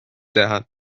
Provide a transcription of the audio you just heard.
teha